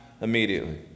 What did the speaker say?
immediately